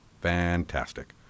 Fantastic